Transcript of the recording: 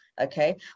okay